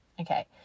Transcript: okay